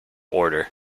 order